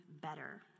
better